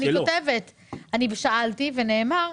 אני שאלתי ונאמר,